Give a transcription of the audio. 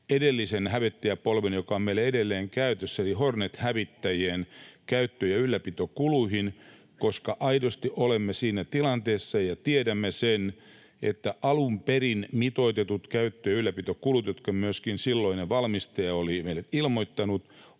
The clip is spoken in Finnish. edellisen hävittäjäpolven, joka on meillä edelleen käytössä, eli Hornet-hävittäjien käyttö- ja ylläpitokuluihin, koska aidosti olemme siinä tilanteessa ja tiedämme sen, että alun perin mitoitetut käyttö- ja ylläpitokulut, jotka myöskin silloinen valmistaja oli meille ilmoittanut,